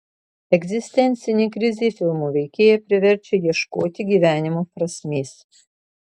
egzistencinė krizė filmo veikėją priverčia ieškoti gyvenimo prasmės